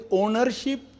ownership